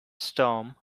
storm